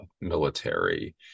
military